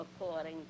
according